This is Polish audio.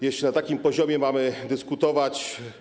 Jeśli na takim poziomie mamy dyskutować.